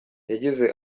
yagize